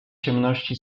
ciemności